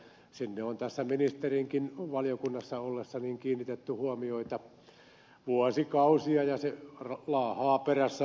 siihen on ministerinkin valiokunnassa ollessa kiinnitetty huomiota vuosikausia ja se laahaa perässä aina vaan